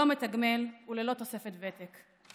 לא מתגמל וללא תוספת ותק.